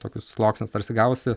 tokius sluoksnius tarsi gavosi